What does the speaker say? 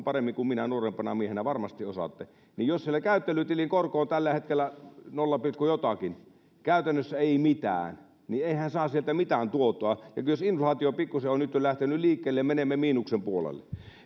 paremmin kuin minä nuorempana miehenä varmasti osaatte ja jos siellä käyttelytilin korko on tällä hetkellä nolla pilkku jotakin käytännössä ei mitään niin ei hän saa sieltä mitään tuottoa ja jos inflaatio pikkusen on nyt jo lähtenyt liikkeelle menemme miinuksen puolelle